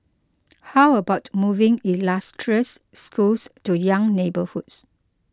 how about moving illustrious schools to young neighbourhoods